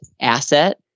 asset